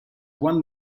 one